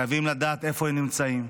חייבים לדעת איפה הם נמצאים,